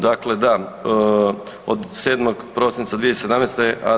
Dakle, da, od 7. prosinca 2017.